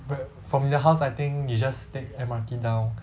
brad~ from your house I think you just take M_R_T down